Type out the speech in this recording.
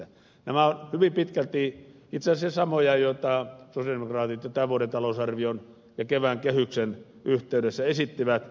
nämä ovat hyvin pitkälti itse asiassa samoja asioita joita sosialidemokraatit jo tämän vuoden talousarvion ja kevään kehyksen yhteydessä esittivät